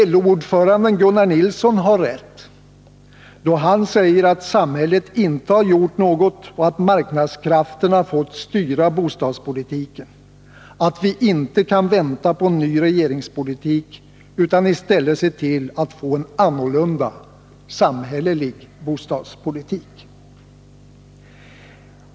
LO-ordföranden Gunnar Nilsson har rätt då han säger att samhället inte har gjort något och att marknadskrafterna fått styra bostadspolitiken, att vi inte kan vänta på en ny regeringspolitik utan i stället måste se till att få en annorlunda, samhällelig bostadspolitik.